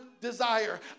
desire